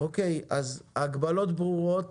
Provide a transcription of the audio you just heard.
ההגבלות ברורות.